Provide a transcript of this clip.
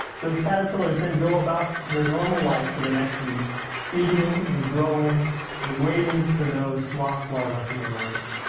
those caterpillars then go about their normal life for the next week feeding and growing and waiting for those wasp larva to emerge.